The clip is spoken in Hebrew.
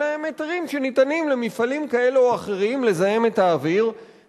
אלא הם היתרים שניתנים למפעלים כאלה או אחרים לזהם את האוויר,